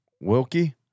Wilkie